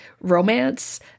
romance